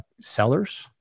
seller's